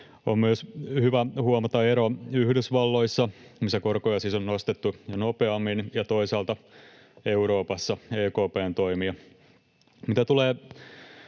On myös hyvä huomata ero Yhdysvaltojen, missä korkoja siis on nostettu jo nopeammin, ja toisaalta Euroopassa EKP:n toimien